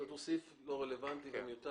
כלומר הוא תקנה לא רלוונטית ומיותרת,